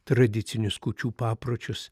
tradicinius kūčių papročius